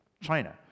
China